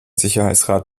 sicherheitsrat